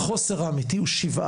החוסר האמיתי הוא 17%,